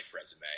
resume